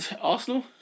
Arsenal